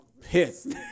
pissed